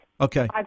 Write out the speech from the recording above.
Okay